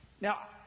Now